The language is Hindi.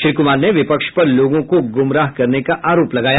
श्री कुमार ने विपक्ष पर लोगों को गुमराह करने का आरोप लगाया